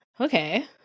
okay